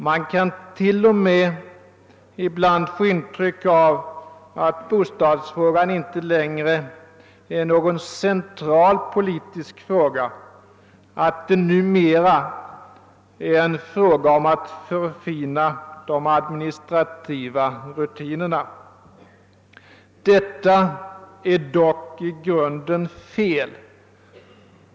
Man kan t.o.m. ibland få intrycket att bostadsfrågan inte längre är någon central politisk fråga, att det numera är en fråga om att förfina de administrativa rutinerna. Detta är dock i grunden fel.